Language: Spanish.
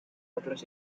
otros